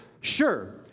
sure